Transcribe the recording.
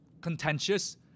contentious